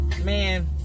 Man